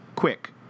quick